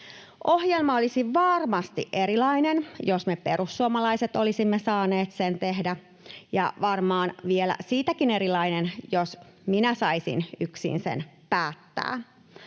Ohjelma olisi varmasti erilainen, jos me perussuomalaiset olisimme saaneet sen tehdä, ja varmaan vielä siitäkin erilainen, jos minä saisin yksin sen päättää.